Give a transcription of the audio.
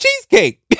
cheesecake